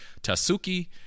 Tasuki